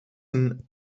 een